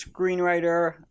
Screenwriter